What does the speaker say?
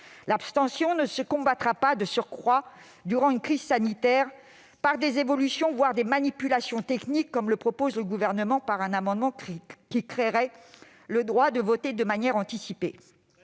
L'abstention ne se combattra pas de surcroît durant une crise sanitaire par des évolutions, voire des manipulations, techniques, comme le propose le Gouvernement par un amendement tendant à créer un droit à voter de manière anticipée.